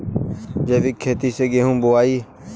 जैविक खेती से गेहूँ बोवाई